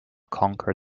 conquer